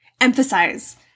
emphasize